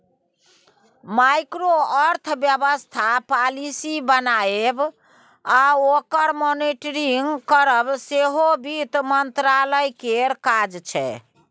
micro अर्थबेबस्था policy बनाएब आ ओकर मॉनिटरिंग करब सेहो बित्त मंत्रालय केर काज छै